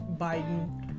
Biden